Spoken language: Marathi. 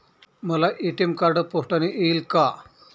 मला ए.टी.एम कार्ड पोस्टाने येईल का?